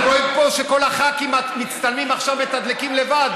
אנחנו רואים פה שכל הח"כים מצטלמים עכשיו מתדלקים לבד.